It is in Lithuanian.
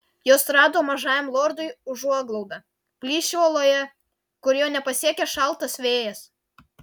jos rado mažajam lordui užuoglaudą plyšį uoloje kur jo nepasiekė šaltas vėjas